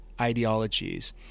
ideologies